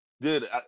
dude